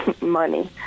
money